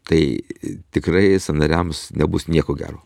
tai tikrai sąnariams nebus nieko gero